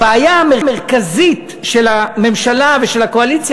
הבעיה המרכזית של הממשלה ושל הקואליציה